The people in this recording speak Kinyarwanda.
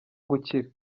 gukira